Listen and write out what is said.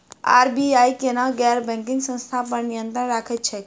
RBI केना गैर banking संस्था पर नियत्रंण राखैत छैक?